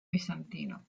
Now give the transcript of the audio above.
bizantino